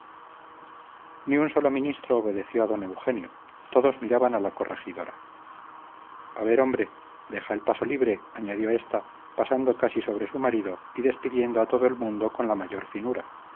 ni un solo ministro obedeció a don eugenio todos miraban a la corregidora a ver hombre deja el paso libre añadió ésta pasando casi sobre su marido y despidiendo a todo el mundo con la mayor finura